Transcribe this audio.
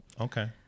Okay